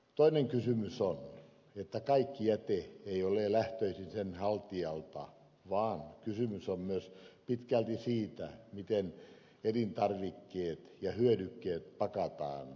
toinen kysymys on että kaikki jäte ei ole lähtöisin sen haltijalta vaan kysymys on myös pitkälti siitä miten elintarvikkeet ja hyödykkeet pakataan